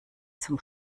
zum